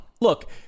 Look